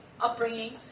upbringing